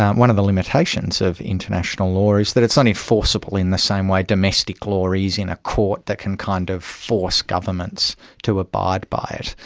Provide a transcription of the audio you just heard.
one of the limitations of international law is that it's only forcible in the same way domestic law is in a court that can kind of force governments to abide by it.